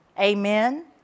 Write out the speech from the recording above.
Amen